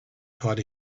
taught